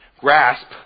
grasp